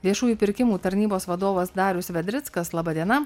viešųjų pirkimų tarnybos vadovas darius vedrickas laba diena